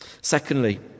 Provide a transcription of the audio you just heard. Secondly